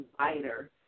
lighter